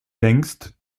längst